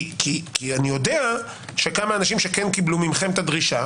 כי אני יודע שכמה אנשים שכן קיבלו ממכם את הדרישה